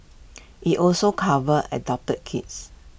IT also covers adopted kids